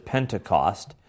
Pentecost